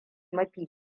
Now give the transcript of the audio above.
mafi